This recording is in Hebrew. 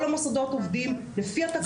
כל המוסדות עובדים לפי התקנות.